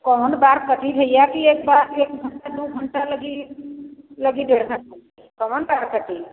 कौन बार कटी भैया कि एक बार एक घंटे दो घंटे लगी कौन बाल कटी